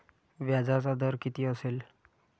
व्याजाचा दर किती असेल?